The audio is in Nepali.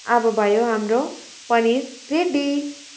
अब भयो हाम्रो पनिर रेडी